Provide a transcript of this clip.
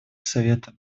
совета